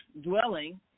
dwelling